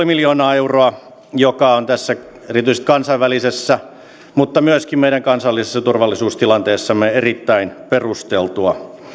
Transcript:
miljoonaa euroa mikä on erityisesti tässä kansainvälisessä mutta myöskin meidän kansallisessa turvallisuustilanteessamme erittäin perusteltua